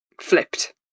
flipped